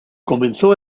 comenzó